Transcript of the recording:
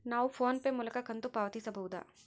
ನಾವು PhonePe ಮೂಲಕ ಕಂತು ಪಾವತಿಸಬಹುದಾ?